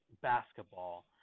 basketball